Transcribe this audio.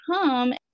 come